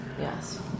Yes